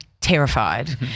Terrified